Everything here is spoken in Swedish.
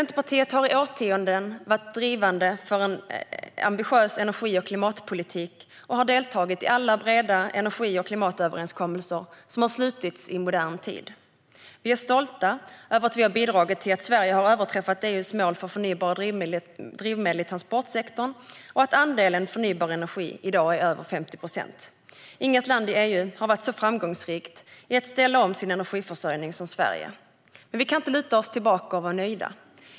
Centerpartiet har i årtionden varit drivande för en ambitiös energi och klimatpolitik och har deltagit i alla breda energi och klimatöverenskommelser som slutits i modern tid. Vi är stolta över att vi har bidragit till att Sverige har överträffat EU:s mål för förnybara drivmedel i transportsektorn och att andelen av förnybar energi i dag är över 50 procent. Inget land i EU har varit så framgångsrikt i att ställa om sin energiförsörjning som Sverige. Men vi kan inte luta oss tillbaka och vara nöjda.